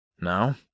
Now